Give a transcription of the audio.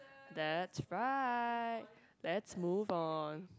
that's right let's move on